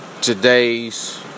Today's